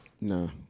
No